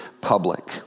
public